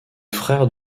frère